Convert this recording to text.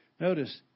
Notice